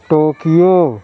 Tokyo